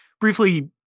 briefly